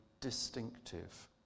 distinctive